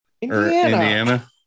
Indiana